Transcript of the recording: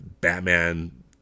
batman